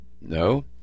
no